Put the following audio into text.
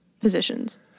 positions